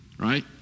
right